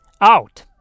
out